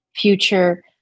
future